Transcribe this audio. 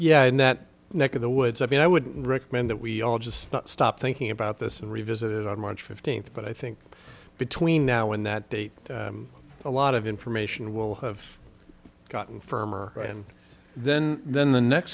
yeah and that neck of the woods i mean i would recommend that we all just stop thinking about this and revisit it on march fifteenth but i think between now and that date a lot of information will have gotten firmer and then then the next